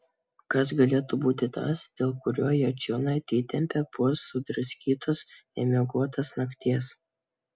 kas galėtų būti tas dėl kurio ją čionai atitempė po sudraskytos nemiegotos nakties